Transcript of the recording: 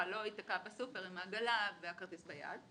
לא ייתקע בסופר עם עגלה והכרטיס ביד.